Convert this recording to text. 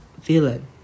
villain